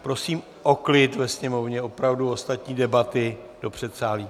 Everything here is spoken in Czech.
Prosím o klid ve Sněmovně, opravdu ostatní debaty do předsálí.